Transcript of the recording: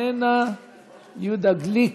איננה, יהודה גליק,